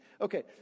Okay